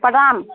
प्रणाम